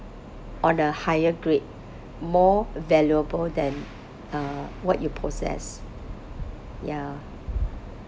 on a higher grade more valuable than uh what you possess ya